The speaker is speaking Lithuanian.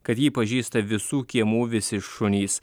kad jį pažįsta visų kiemų visi šunys